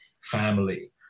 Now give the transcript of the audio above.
family